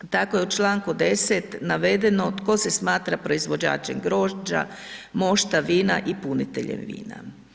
Tako je u članku 10. navedeno tko se smatra proizvođačem grožđa, mošta, vina i puniteljem vina.